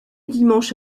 dimanche